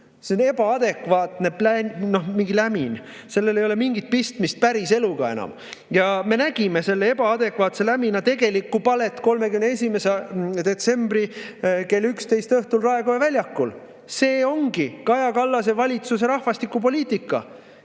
See on mingi ebaadekvaatne lämin, sellel ei ole mingit pistmist päriseluga. Ja me nägime selle ebaadekvaatse lämina tegelikku palet 31. detsembri kell 11 õhtul Raekoja platsil. See ongi Kaja Kallase valitsuse rahvastikupoliitika: